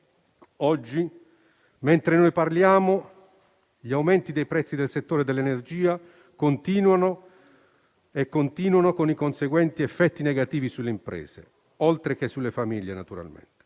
senatori, gli aumenti dei prezzi nel settore dell'energia continuano e continuano con i conseguenti effetti negativi sulle imprese, oltre che sulle famiglie, naturalmente.